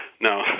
No